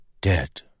Dead